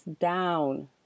down